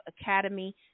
Academy